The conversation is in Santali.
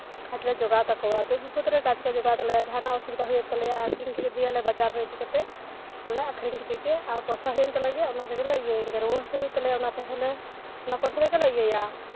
ᱠᱟᱡ ᱞᱮ ᱡᱚᱜᱟᱣ ᱛᱟᱠᱚᱣᱟ ᱫᱩᱠ ᱵᱤᱯᱚᱫ ᱨᱮ ᱠᱟᱡ ᱠᱚ ᱡᱚᱜᱟᱣ ᱛᱟᱞᱮᱭᱟ ᱡᱟᱦᱟᱸ ᱫᱚ ᱚᱥᱩᱵᱤᱫᱷᱟ ᱦᱩᱭᱮᱱ ᱛᱟᱞᱮᱭᱟ ᱟᱠᱷᱨᱤᱧ ᱠᱮᱫᱮᱭᱟᱞᱮ ᱵᱟᱡᱟᱨ ᱨᱮ ᱤᱫᱤ ᱠᱟᱛᱮᱫ ᱟᱫᱚ ᱞᱮ ᱟᱠᱷᱨᱤᱧ ᱠᱮᱫᱮ ᱜᱮ ᱟᱨ ᱯᱚᱭᱥᱟ ᱦᱩᱭᱮᱱ ᱛᱟᱞᱮ ᱜᱮ ᱚᱱᱟ ᱛᱮᱜᱮ ᱞᱮ ᱤᱭᱟᱹᱭᱮᱱ ᱜᱮ ᱨᱩᱣᱟᱹ ᱦᱟᱥᱩ ᱦᱩᱭᱩᱜ ᱛᱟᱞᱮᱭᱟ ᱚᱱᱟ ᱛᱮᱦᱚᱸ ᱞᱮ ᱚᱱᱟ ᱯᱚᱭᱥᱟ ᱛᱮᱜᱮ ᱞᱮ ᱤᱭᱟᱹᱭᱟ